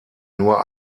nur